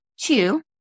two